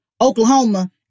Oklahoma